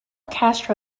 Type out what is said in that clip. castro